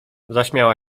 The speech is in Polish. zaśmiała